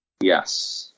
Yes